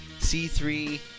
C3